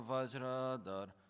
Vajradar